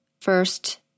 first